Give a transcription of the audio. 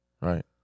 right